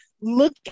look